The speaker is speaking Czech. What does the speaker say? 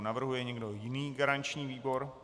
Navrhuje někdo jiný garanční výbor?